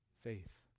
Faith